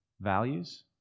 values